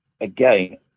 again